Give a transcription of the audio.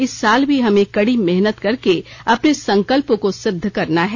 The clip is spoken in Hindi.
इस साल भी हमें कड़ी मेहनत करके अपने संकल्पों को सिद्ध करना है